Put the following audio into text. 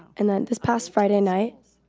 and then this past friday night.